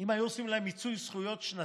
אם היו עושים מיצוי זכויות שנתי,